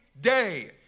day